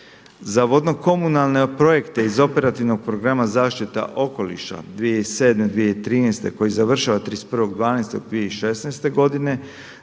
Za vodnokomunalne projekte iz Operativnog programa zaštite okoliša 2007.-2013. koji završava 31.12.2016. godine,